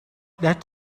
let